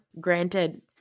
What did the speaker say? Granted